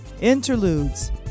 Interludes